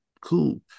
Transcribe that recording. cool